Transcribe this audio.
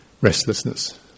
restlessness